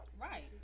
Right